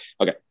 okay